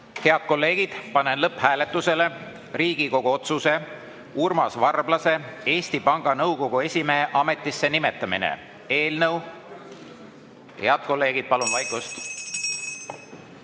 kolleegid, panen lõpphääletusele Riigikogu otsuse "Urmas Varblase Eesti Panga Nõukogu esimehe ametisse nimetamine" eelnõu … Head kolleegid, palun vaikust!